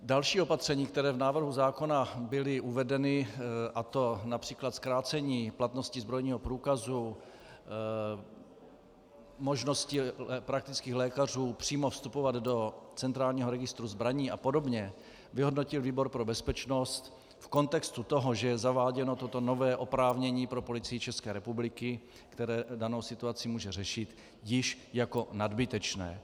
Další opatření, která v návrhu zákona byla uvedena, a to např. zkrácení platnosti zbrojního průkazu, možnost praktických lékařů přímo vstupovat do centrálního registru zbraní apod., vyhodnotil výbor pro bezpečnost v kontextu toho, že je zaváděno toto nové oprávnění pro Policii České republiky, které danou situaci může řešit, již jako nadbytečná.